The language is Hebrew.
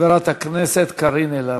חברת הכנסת קארין אלהרר.